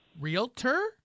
Realtor